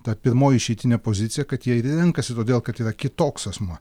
ta pirmoji išeitinė pozicija kad jie ir renkasi todėl kad yra kitoks asmuo